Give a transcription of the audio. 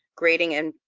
grading and,